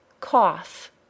cough